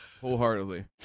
Wholeheartedly